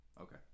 Okay